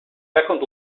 second